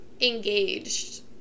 engaged